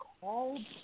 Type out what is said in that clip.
called